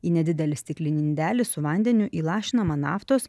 į nedidelį stiklinį indelį su vandeniu įlašinama naftos